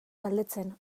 galdetzen